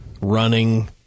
running